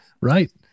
Right